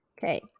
Okay